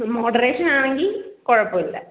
moderation ആണെങ്കിൽ കുഴപ്പമില്ല